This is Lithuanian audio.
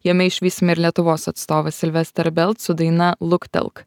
jame išvysime ir lietuvos atstovas silvestrą belt su daina luktelk